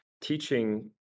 teaching